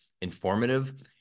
informative